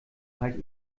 halt